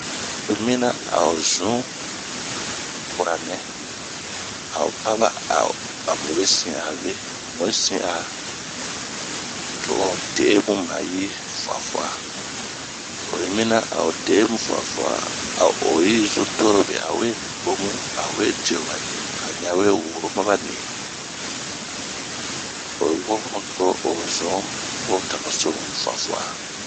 Oyi mina a o zun wuranɛ, a o baba a mu we sin a ve, mu yi sin a, to o de 'ee bu mayi fuafua ,yi mina ao de'e mu fuafua, a oyi zun tonu, owe tomu ,a we dioba ni a o ɲawe woro mabani ,to o zun ho tanu so fua fua.